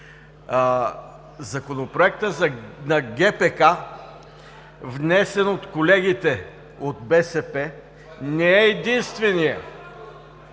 Законопроектът на ГПК, внесен от колегите от БСП не е единственият.